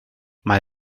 mae